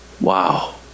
Wow